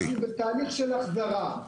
זה בתהליך של החזרה.